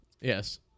Yes